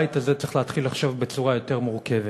הבית הזה צריך להתחיל לחשוב בצורה יותר מורכבת.